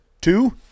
two